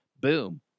Boom